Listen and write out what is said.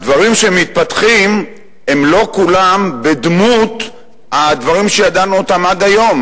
הדברים שמתפתחים הם לא כולם בדמות הדברים שידענו אותם עד היום.